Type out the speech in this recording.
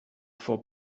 for